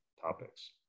topics